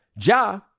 ja